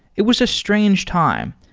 it was a strange time.